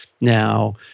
Now